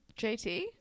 jt